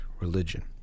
religion